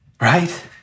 Right